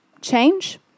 change